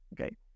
Okay